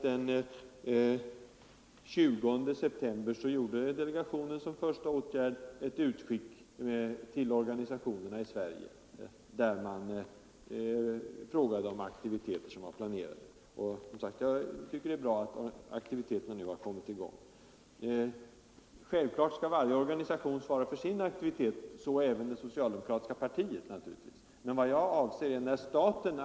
Den 20 september gjorde delegationen som första åtgärd ett utskick till organisationerna i Sverige, där man frågade om planerade aktiviteter. Jag tycker som sagt att det är bra att aktiviteterna nu har kommit i gång. Självklart skall varje organisation svara för sin aktivitet, så även det socialdemokratiska partiet.